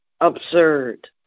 absurd